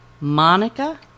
Monica